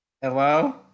Hello